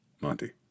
Monty